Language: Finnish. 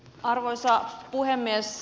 arvoisa puhemies